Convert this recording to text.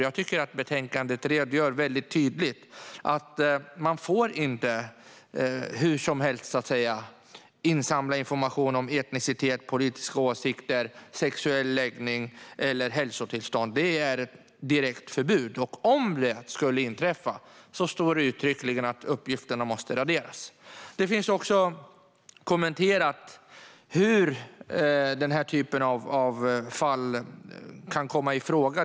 Jag tycker att betänkandet redogör väldigt tydligt för att man inte får insamla information hur som helst om etnicitet, politiska åsikter, sexuell läggning eller hälsotillstånd. Det är ett direkt förbud mot det, och om det skulle inträffa står det uttryckligen att uppgifterna måste raderas. Det finns också kommenterat hur den här typen av fall kan komma i fråga.